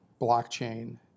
blockchain